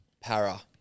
para